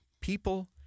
people